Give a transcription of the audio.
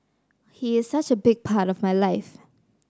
he is such a big part of my life